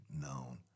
known